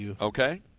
Okay